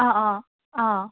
ꯑꯥ ꯑꯥ ꯑꯥ